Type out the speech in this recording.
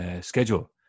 schedule